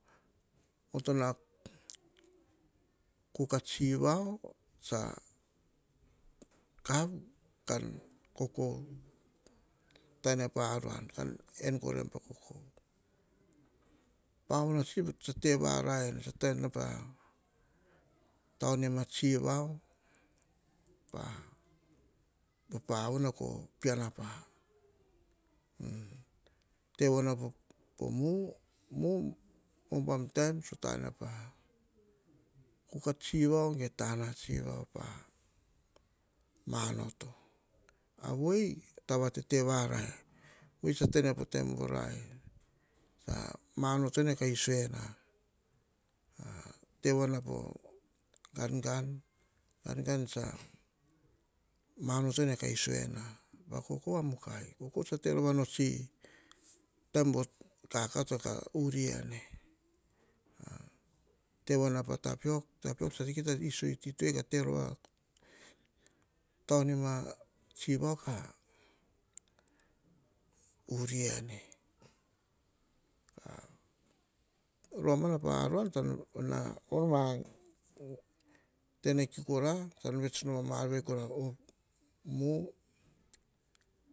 Onotana kuka tsivao, kau, ka kokou ta ene pa aruon kaan en koraim pa kokou, pauna tsi votete varai. Tsa tei en pa kuka tsivao ko pauna piano pa te voena pomu. Kuka tsivao ge, touna tsivao pa manoto. Avoi a taba va tete varai voi tsa ta ene po taim vorai, tsa manoto ene ka iso ena. Pa kokou va mukai, tsa te rova o taim vo kakato ka uruene. Te voaena pa tapiok tsa kita iso iti toi i ka terova a toumina tsivao ka uria ene. Romana paruana, tana or va tene ki kora, ta vevets nom mave kora, o omu